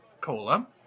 cola